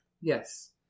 Yes